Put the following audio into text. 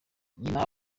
nyina